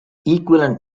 equivalent